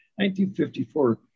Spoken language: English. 1954